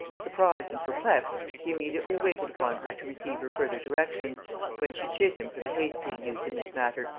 surprised and perplexed, he immediately waited upon her to receive her further directions when she chid him for the haste he had used in this matter,